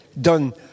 done